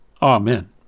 Amen